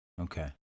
okay